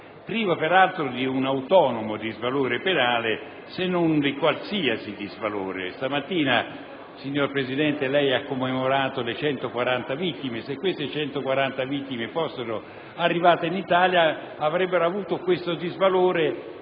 privo peraltro di un autonomo disvalore penale, se non di qualsiasi disvalore. Questa mattina, signor Presidente, lei ha commemorato le 140 vittime; se queste 140 persone fossero arrivate in Italia, avrebbero avuto il disvalore